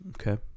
Okay